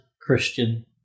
Christian